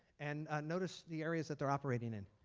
and notice the areas that they are operating in.